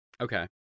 okay